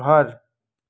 घर